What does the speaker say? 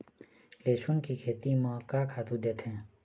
लेसुन के खेती म का खातू देथे?